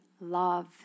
Love